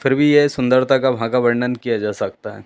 फिर भी ये सुंदरता का वहाँ का वर्णन किया जा सकता है